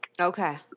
Okay